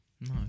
No